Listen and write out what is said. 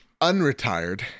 unretired